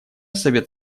совет